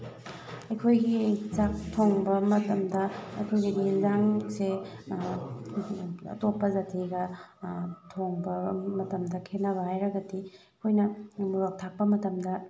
ꯑꯩꯈꯣꯏꯒꯤ ꯆꯥꯛ ꯊꯣꯡꯕ ꯃꯇꯝꯗ ꯑꯩꯈꯣꯏꯒꯤ ꯏꯟꯖꯥꯡꯁꯦ ꯑꯇꯣꯞꯄ ꯖꯥꯇꯤꯒ ꯊꯣꯡꯕ ꯃꯇꯝꯗ ꯈꯦꯠꯅꯕ ꯍꯥꯏꯔꯒꯗꯤ ꯑꯩꯈꯣꯏꯅ ꯃꯣꯔꯣꯛ ꯊꯥꯛꯄ ꯃꯇꯝꯗ